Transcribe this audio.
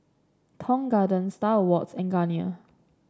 Tong Garden Star Awards and Garnier